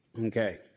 Okay